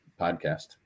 podcast